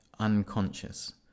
unconscious